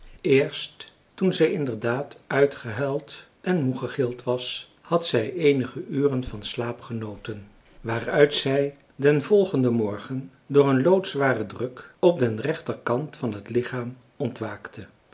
eerst toen zij inderdaad uitgehuild en moe gegild was had zij eenige uren van slaap genoten waaruit zij den volgenden morgen door een loodzwaren druk op den rechterkant van het lichaam ontwaakte